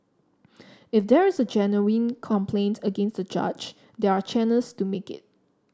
if there is a genuine complaint against the judge there are channels to make it